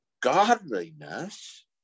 godliness